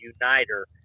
uniter